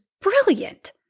brilliant